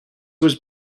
was